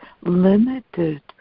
limited